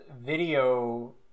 video